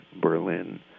Berlin